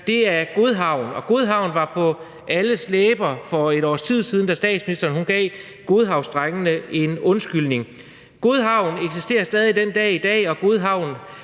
her, er Godhavn. Godhavn var på alles læber for et års tid siden, da statsministeren gav Godhavnsdrengene en undskyldning. Godhavn eksisterer stadig den dag i dag, og Godhavn